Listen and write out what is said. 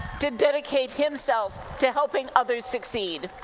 to dedicate himself to helping others succeed.